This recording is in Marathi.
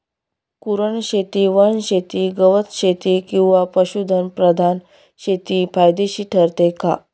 कुरणशेती, वनशेती, गवतशेती किंवा पशुधन प्रधान शेती फायदेशीर ठरते का?